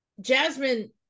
jasmine